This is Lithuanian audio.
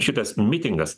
šitas mitingas